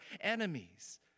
enemies